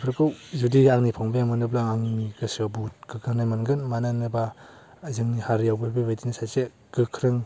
बेफोरखौ जुदि आंनि फंबाया मोनोब्ला आंनि गोसोआव बहुत गोग्गानाय मोनगोन मानो होनोबा जोंनि हारियावबो बेबायदिनो सासे गोख्रों